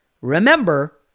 Remember